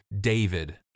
David